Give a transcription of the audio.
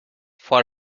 for